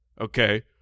Okay